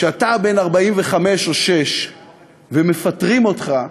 כשאתה בן 45 או 46 ומפטרים אותך,